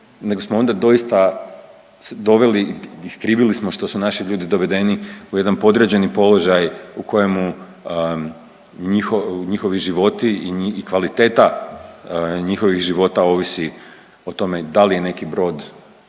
nego smo onda doista doveli i skrivili smo što su naši ljudi dovedeni u jedan podređeni položaj u kojemu njihovi životi i kvaliteta njihovih života ovisi o tome da li je neki brod